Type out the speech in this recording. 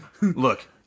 Look